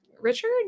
Richard